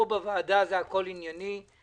פה בוועדה הכול ענייני.